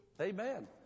Amen